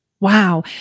Wow